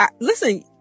listen